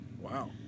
Wow